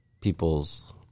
people's